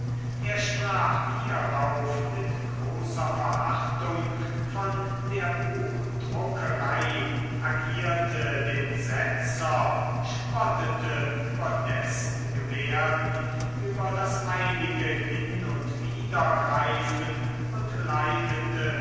er sprach hierauf mit großer verachtung von der buchdruckerei agierte den setzer spottete über dessen gebärden über das eilige hin und widergreifen und leitete